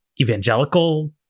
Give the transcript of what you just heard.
evangelical